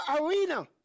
arena